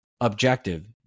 objective